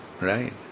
right